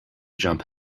jump